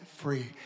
free